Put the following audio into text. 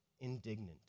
indignant